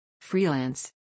Freelance